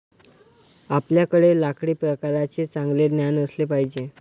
आपल्याकडे लाकडी प्रकारांचे चांगले ज्ञान असले पाहिजे